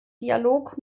dialog